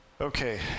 Okay